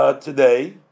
today